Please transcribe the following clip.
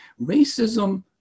racism